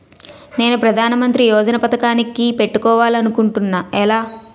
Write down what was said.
నేను ప్రధానమంత్రి యోజన పథకానికి పెట్టుకోవాలి అనుకుంటున్నా ఎలా?